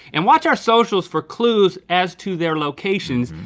and watch our socials for clues as to their locations,